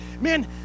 man